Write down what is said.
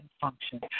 function